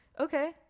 okay